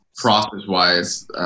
process-wise